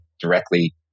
directly